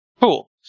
Cool